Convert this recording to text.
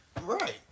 Right